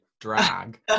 drag